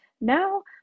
Now